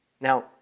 Now